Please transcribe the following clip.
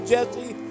Jesse